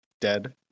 dead